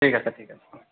ঠিক আছে ঠিক আছে